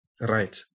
Right